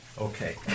Okay